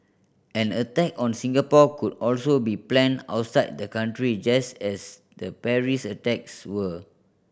an attack on Singapore could also be planned outside the country just as the Paris attacks were